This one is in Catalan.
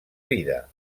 vida